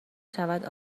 شود